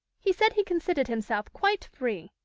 he said he considered himself quite free.